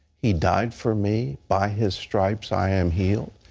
he died for me. by his stripes i am healed.